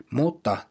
mutta